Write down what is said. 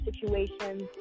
situations